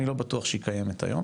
אני לא בטוח שהיא קיימת היום,